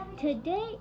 today